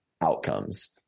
outcomes